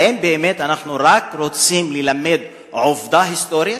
האם באמת אנחנו רק רוצים ללמד עובדה היסטורית?